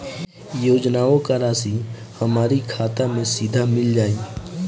योजनाओं का राशि हमारी खाता मे सीधा मिल जाई?